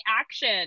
action